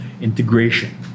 integration